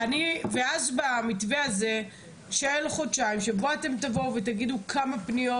במתווה הזה של חודשיים תבואו ותגידו כמה פניות,